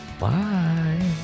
Bye